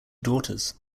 daughters